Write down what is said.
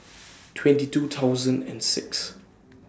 twenty two thousand and six